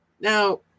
now